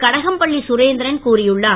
கடகம்பள்ளி சுரேந்திரன் கூறியுள்ளார்